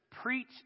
preach